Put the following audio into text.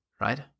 right